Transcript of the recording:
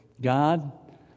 God